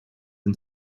and